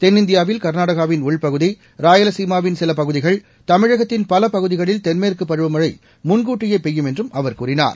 தென்னிந்தியாவில் கா்நாடகாவின் உள்பகுதிராயலசீமாவின் சிலபகுதிகள் தமிழகத்தின் பலபகுதிகளில் தென்மேற்குபருவமழைமுன்கூட்டியேபெய்யும் என்றுஅவர் கூறினார்